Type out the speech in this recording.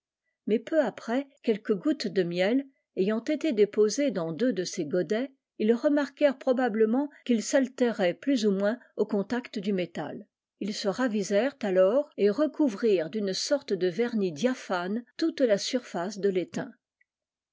mais peu après quelques gouttes de miel ayant été déposées dans deux de ces godets ils remarquèrent probablement qu'il s'altérait plus ou moins au contact du métal ils se ravisèrent alors et iecouvrirent d'une sorte de vernis diaphane toute la surface de l'étain